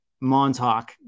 Montauk